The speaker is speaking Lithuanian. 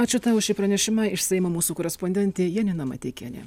ačiū tau šį pranešimąiš seimo mūsų korespondentė janina mateikienė